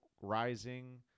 Rising